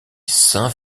saint